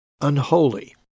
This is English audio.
unholy